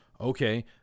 okay